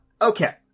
Okay